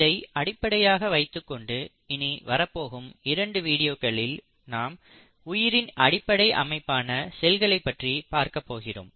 இதை அடிப்படையாக வைத்துக்கொண்டு இனி வரப்போகும் இரண்டு வீடியோக்களில் நாம் உயிரின் அடிப்படை அமைப்பான செல்களைப் பற்றி பார்க்கப்போகிறோம்